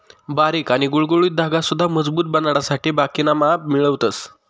बारीक आणि गुळगुळीत धागा सुद्धा मजबूत बनाडासाठे बाकिना मा भी मिळवतस